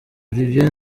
olivier